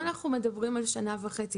אנחנו מדברים על שנה וחצי